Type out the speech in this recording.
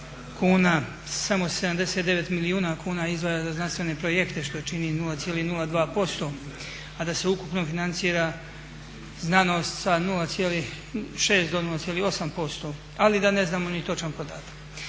kuna samo 79 milijuna kuna izdvaja za znanstvene projekte što čini 0,02%, a da se ukupno financira znanost sa 0,6 do 0,8%, ali da ne znamo ni točan podatak.